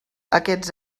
aquests